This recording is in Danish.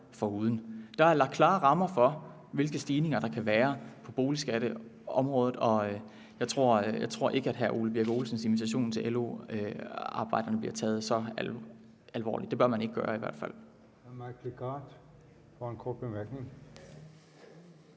Der er lagt klare rammer for, hvilke stigninger der kan være på boligskatteområdet, og jeg tror ikke, hr. Ole Birk Olesens invitation til LO-arbejderne bliver taget så alvorligt – det bør man i hvert fald